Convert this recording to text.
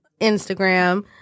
Instagram